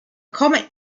comet